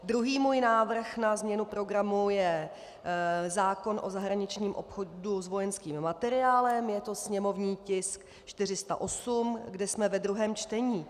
Druhý můj návrh na změnu programu je zákon o zahraničním obchodu s vojenským materiálem, je to sněmovní tisk 408, kde jsme ve druhém čtení.